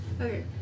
Okay